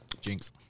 Jinx